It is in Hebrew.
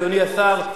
אדוני השר,